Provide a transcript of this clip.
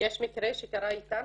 יש מקרה שקרה איתם